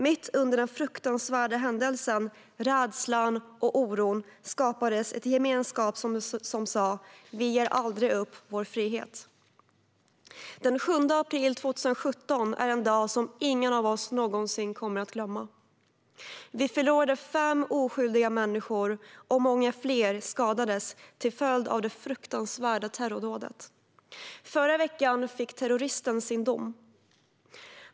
Mitt under den fruktansvärda händelsen, rädslan och oron skapades en gemenskap som sa: Vi ger aldrig upp vår frihet. Den 7 april 2017 är en dag ingen av oss någonsin kommer att glömma. Vi förlorade fem oskyldiga människor, och många fler skadades till följd av det fruktansvärda terrordådet. Förra veckan fick terroristen sin dom.